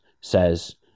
says